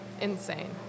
insane